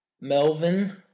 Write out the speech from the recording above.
Melvin